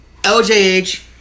LJH